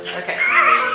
okay.